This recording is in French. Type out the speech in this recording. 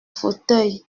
fauteuil